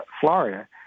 Florida